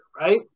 right